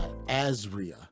Azria